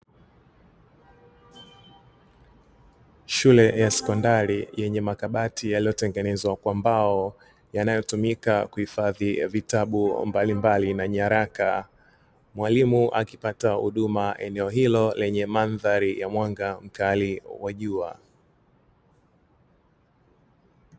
Shule ya sekondari yenye makabati yaliyotengenezwa kwa mbao yanayotumika kuhifadhi vitabu mbalimbali na nyaraka. Mwalimu akipata huduma eneo hilo lenye mandhari ya mwanga mkali wa jua.